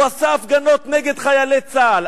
הוא עשה הפגנות נגד חיילי צה"ל.